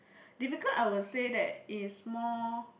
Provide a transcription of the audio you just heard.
difficult I would say that it's more